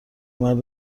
مرد